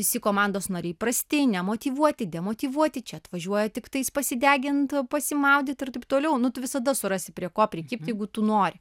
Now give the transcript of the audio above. visi komandos nariai įprasti nemotyvuoti demotyvuoti čia atvažiuoja tiktais pasidegint pasimaudyti ir taip toliau nu tu visada surasi prie ko prikibti jeigu tu nori